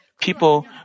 People